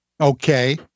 Okay